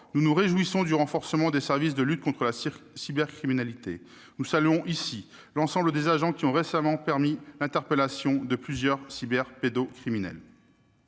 nous nous réjouissons du renforcement des services de lutte contre la cybercriminalité. Nous saluons l'ensemble des agents qui ont récemment permis l'interpellation de plusieurs cyberpédocriminels.